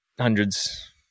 hundreds